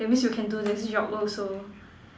that means you can do this job also